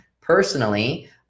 Personally